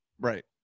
Right